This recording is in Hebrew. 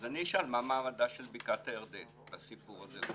אז אני אשאל: מה מעמדה של בקעת הירדן בסיפור הזה,